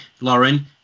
Lauren